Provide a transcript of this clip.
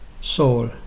soul